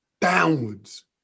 downwards